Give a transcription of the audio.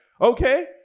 Okay